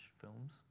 films